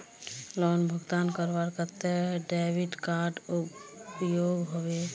Loan भुगतान करवार केते डेबिट कार्ड उपयोग होबे?